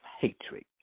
hatred